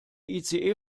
ice